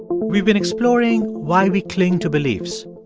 we've been exploring why we cling to beliefs.